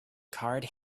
card